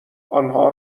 آنها